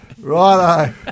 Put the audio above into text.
Righto